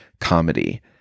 comedy